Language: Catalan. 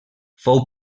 fou